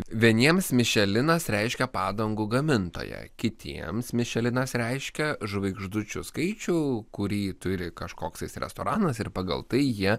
vieniems mišelinas reiškia padangų gamintoją kitiems mišelinas reiškia žvaigždučių skaičių kurį turi kažkoks restoranas ir pagal tai jie